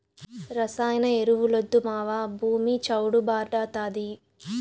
రసాయన ఎరువులొద్దు మావా, భూమి చౌడు భార్డాతాది